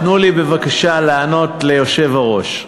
תנו לי בבקשה לענות ליושב-הראש.